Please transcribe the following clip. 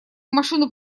машину